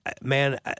man